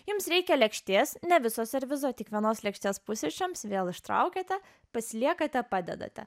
jums reikia lėkštės ne visos servizo tik vienos lėkštės pusryčiams vėl ištraukiate pasiliekate padedate